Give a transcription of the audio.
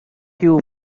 few